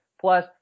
plus